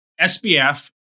SBF